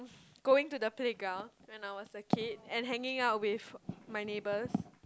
going to the playground when I was a kid and hanging out with my neighbours